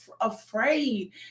afraid